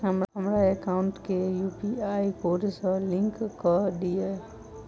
हमरा एकाउंट केँ UPI code सअ लिंक कऽ दिऽ?